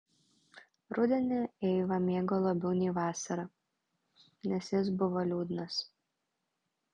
rudenį eiva mėgo labiau nei vasarą nes jis buvo liūdnas